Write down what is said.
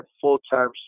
full-time